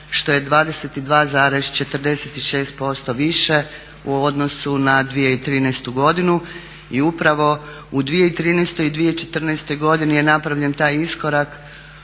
što je 22,46% više u odnosu na 2013. godinu. I upravo u 2013. i 2014. godini je napravljen taj iskorak